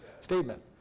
statement